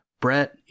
Brett